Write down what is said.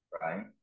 right